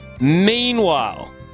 Meanwhile